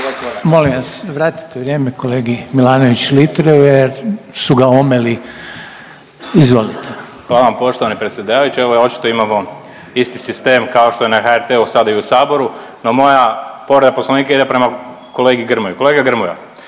Molim vas, vratite vrijeme kolegi Milanović Litreu jer su ga omeli, izvolite. **Milanović Litre, Marko (Hrvatski suverenisti)** Hvala vam poštovani predsjedavajući, evo očito imamo isti sistem kao što je na HRT-u sada i u Saboru, no moja povreda Poslovnika ide prema kolegi Grmoji. Kolega Grmoja,